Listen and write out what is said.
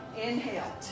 Inhale